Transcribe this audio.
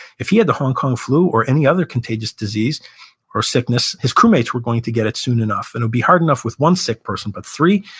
if he had the hong kong flu or any other contagious disease or sickness, his crew-mates were going to get it soon enough. and it would be hard enough with one sick person, but three?